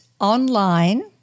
online